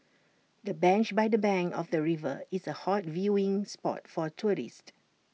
the bench by the bank of the river is A hot viewing spot for tourists